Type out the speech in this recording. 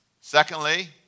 Secondly